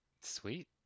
sweet